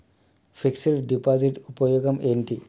Fix డ్ deposit ఉపయోగం ఏంటి?